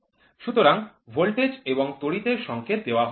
সুতরাং ভোল্টেজ এবং তড়িৎ এর সংকেত দেওয়া হয়